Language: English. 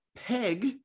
Peg